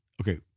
okay